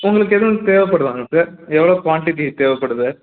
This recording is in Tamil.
உங்களுக்கு எதுவும் தேவைப்படுதாங்க சார் எவ்வளோ க்வான்டிட்டி தேவைப்படுது